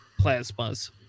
Plasmas